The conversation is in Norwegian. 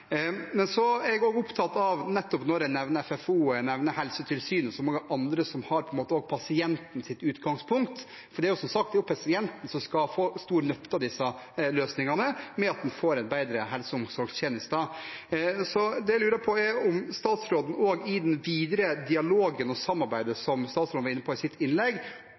Men jeg er også opptatt av pasientens utgangspunkt – nettopp når jeg nevner FFO og Helsetilsynet og mange andre som også har pasientens utgangspunkt – for det er som sagt pasientene som skal få stor nytte av disse løsningene, ved at en får bedre helse- og omsorgstjenester. Så det jeg lurer på, handler om den videre dialogen og samarbeidet som statsråden var inne på i sitt innlegg: